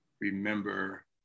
remember